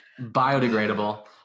Biodegradable